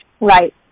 Right